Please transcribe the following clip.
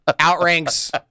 outranks